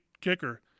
kicker